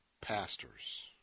pastors